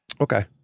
okay